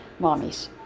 mommies